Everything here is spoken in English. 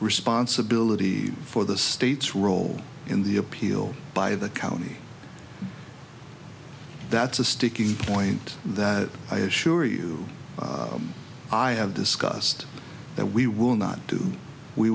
responsibility for the state's role in the appeal by the county that's a sticking point that i assure you i have discussed that we will not do we